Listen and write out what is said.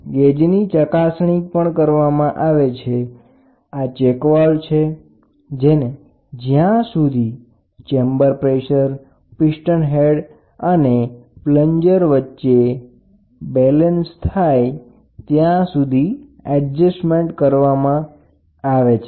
ગેજની ચકાસણી કરવામાં આવે છે તમે રીડીંગ અહી જોઇ શકો છો આ ચેક વાલ્વ છે જ્યાં સુધી ચેમ્બર પ્રેસર પિસ્ટન હેડ અને પ્લનજર અથવા ડિસપ્લેસમેન્ટ પમ્પ વચ્ચે સમતોલન થાય ત્યાં સુધી એડજસ્ટમેન્ટ કરવામાં આવે છે